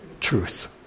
truth